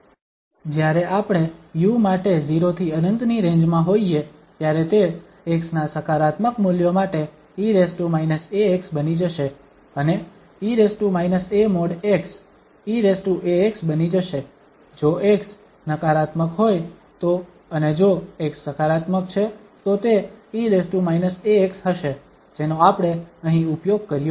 જ્યારે આપણે u માટે 0 થી ∞ ની રેન્જ માં હોઈએ ત્યારે તે x ના સકારાત્મક મૂલ્યો માટે e ax બની જશે અને e a|x| eax બની જશે જો x નકારાત્મક હોય તો અને જો x સકારાત્મક છે તો તે e ax હશે જેનો આપણે અહીં ઉપયોગ કર્યો